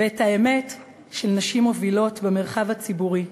ואת האמת של נשים מובילות במרחב הציבורי,